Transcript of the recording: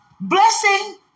Blessing